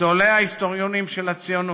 מגדולי ההיסטוריונים של הציונות,